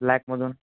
ब्लॅकमधून